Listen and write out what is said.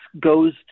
goes